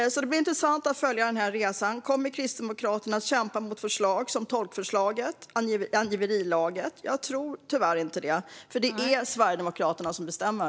Det blir intressant att följa den här resan. Kommer Kristdemokraterna att kämpa emot sådant som tolkförslaget och angiverilagen? Jag tror tyvärr inte det, för det är Sverigedemokraterna som bestämmer.